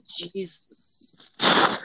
Jesus